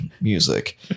music